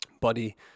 Buddy